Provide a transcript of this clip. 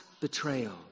betrayal